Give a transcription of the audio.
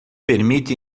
permite